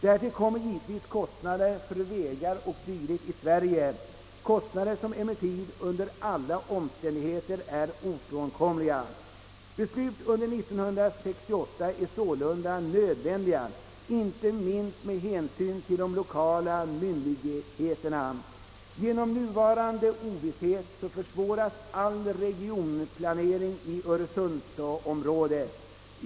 Därtill kommer givetvis kostnader för vägar och dylikt i Sverige, kostnader som emellertid under alla omständigheter är ofrånkomliga. Beslut måste alltså, inte minst med hänsyn till de lokala myndigheterna, fattas under 1968. Genom nuvarande ovisshet försvåras all regionplanering i öresundsområdet.